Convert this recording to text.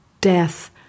death